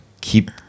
keep